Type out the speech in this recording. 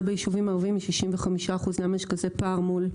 ביישובים הערביים היא 65 אחוזים ולמה יש פער כזה.